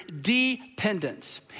dependence